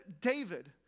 David